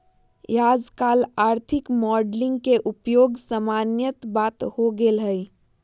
याजकाल आर्थिक मॉडलिंग के उपयोग सामान्य बात हो गेल हइ